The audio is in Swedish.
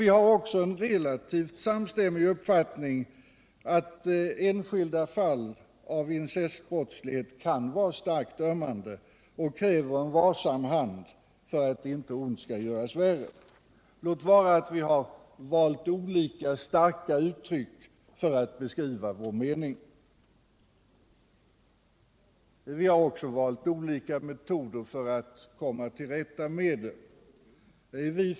Vi har också en relativt samstämmig uppfattning om att enskilda fall av incestbrottslighet kan vara starkt ömmande och att de kräver en varsam hand för att inte ont skall göras värre. — Låt vara att vi har valt olika starka uttryck för att beskriva vår mening. Vi har valt olika metoder för att komma till rätta med de fallen.